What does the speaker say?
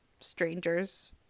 strangers